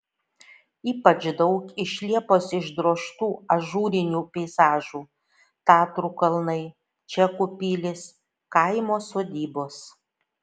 ypač daug iš liepos išdrožtų ažūrinių peizažų tatrų kalnai čekų pilys kaimo sodybos